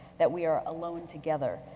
that we are alone together.